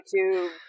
YouTube